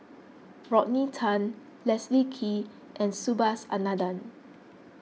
Rodney Tan Leslie Kee and Subhas Anandan